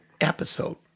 episode